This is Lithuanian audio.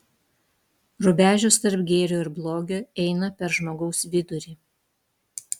rubežius tarp gėrio ir blogio eina per žmogaus vidurį